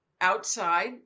outside